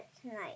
tonight